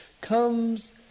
comes